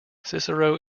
cicero